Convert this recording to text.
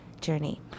journey